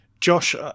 Josh